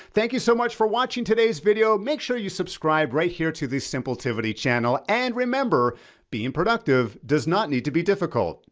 thank you so much for watching today's video. make sure you subscribe right here to this simpletivity channel. and remember being productive does not need to be difficult.